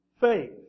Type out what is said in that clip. faith